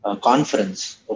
conference